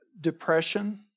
depression